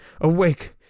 awake